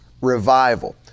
Revival